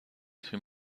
two